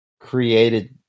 created